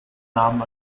namen